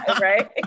right